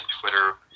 Twitter